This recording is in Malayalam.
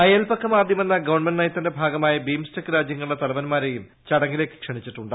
അയൽപക്കം ആദ്യമെന്ന ഗവൺമെന്റ് നയത്തിന്റെ ഭാഗമായി ബിംസ്റ്റെക്ക് രാജ്യങ്ങളുടെ തലവന്മാരേയും ചടങ്ങിലേക്ക് ക്ഷണിച്ചിട്ടുണ്ട്